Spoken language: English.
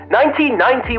1990